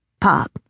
Pop